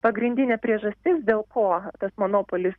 pagrindinė priežastis dėl ko tas monopolis